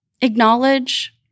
Acknowledge